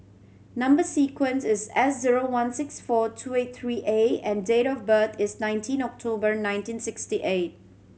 number sequence is S zero one six four two eight three A and date of birth is nineteen October nineteen sixty eight